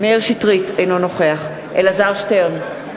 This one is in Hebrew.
אינו נוכח אלעזר שטרן,